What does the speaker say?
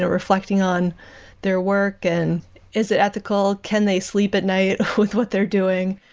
ah reflecting on their work and is it ethical. can they sleep at night with what they're doing?